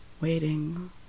waiting